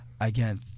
again